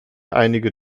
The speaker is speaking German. einige